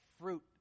fruit